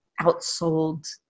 outsold